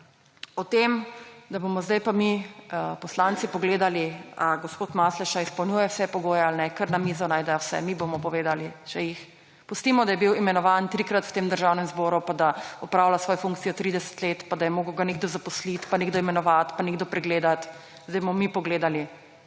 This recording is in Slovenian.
o tem, da bomo zdaj pa mi poslanci pogledali, ali gospod Masleša izpolnjuje vse pogoje ali ne. Kar na mizo naj da vse, mi bomo povedali, če jih. Pustimo, da je bil imenovan trikrat v tem državnem zboru, da opravlja svojo funkcijo 30 let, da ga je moral nekdo zaposliti, nekdo imenovati, nekdo pregledati; zdaj bomo mi pogledali,